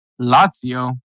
Lazio